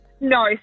No